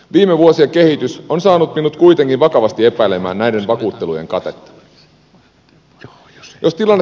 viime vuosien kehitys on saanut minut kuitenkin vakavasti epäilemään näiden vakuuttelujen katetta